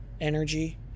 energy